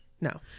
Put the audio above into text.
no